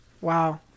Wow